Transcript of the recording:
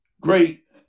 great